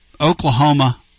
Oklahoma